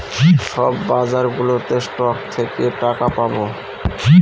সব বাজারগুলোতে স্টক থেকে টাকা পাবো